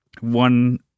One